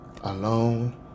alone